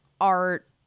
art